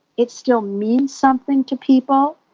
it still means something to people,